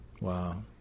wow